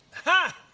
ha!